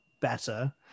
better